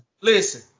Listen